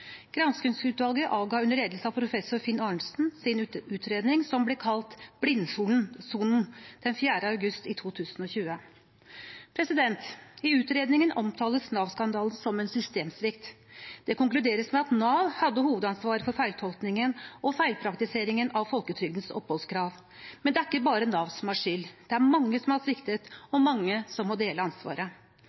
avga under ledelse av professor Finn Arnesen sin utredning, som ble kalt Blindsonen, den 4. august 2020. I utredningen omtales Nav-skandalen som en systemsvikt. Det konkluderes med at Nav hadde hovedansvaret for feiltolkningen og feilpraktiseringen av folketrygdens oppholdskrav. Men det er ikke bare Nav som har skyld, det er mange som har sviktet, og mange som må dele ansvaret.